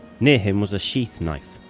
near him was a sheath knife,